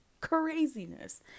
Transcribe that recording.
Craziness